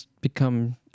become